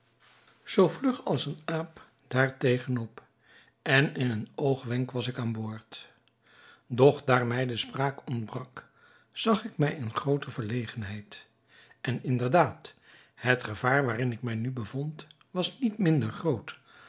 zoo vlug als een aap daar tegen op en in een oogwenk was ik aan boord doch daar mij de spraak ontbrak zag ik mij in groote verlegenheid en inderdaad het gevaar waarin ik mij nu bevond was niet minder groot